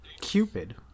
Cupid